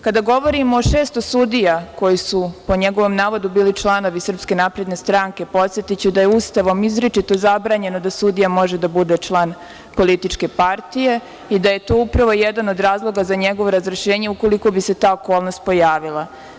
Kada govorimo o 600 sudija koji su po njegovom navodu bili članovi SNS, podsetiću da je Ustavom izričito zabranjeno da sudija može da bude član političke partije i da je to upravo jedan od razloga za njegovo razrešenje, ukoliko bi se ta okolnost pojavila.